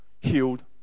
healed